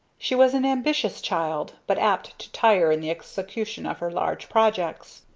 she was an ambitious child, but apt to tire in the execution of her large projects.